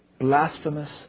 blasphemous